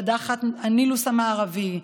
קדחת הנילוס המערבי,